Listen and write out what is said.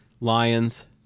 Lions